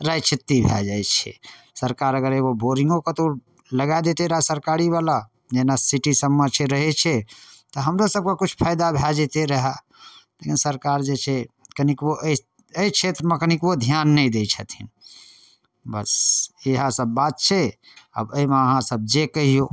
राइ छित्ती भऽ जाए छै सरकार अगर एगो बोरिङ्गो कतहु लगा देतै रहै सरकारीवला जेना सिटीसबमे छै रहै छै तऽ हमरो सभके किछु फाइदा भऽ जइतै रहै लेकिन सरकार जे छै कनिकबो एहि क्षेत्रमे कनिकबो धिआन नहि दै छथिन बस इएहसब बात छै आब एहिमे अहाँसभ जे कहिऔ